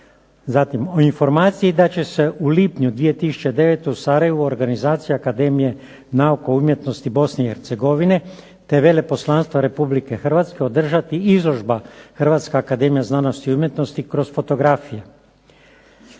Zatim o informaciji da će se u lipnju 2009. u Sarajevu organizacija Akademije nauka i umjetnosti Bosne i Hercegovine te veleposlanstva Republike Hrvatske održati izložba Hrvatska akademija znanosti i umjetnosti kroz fotografije.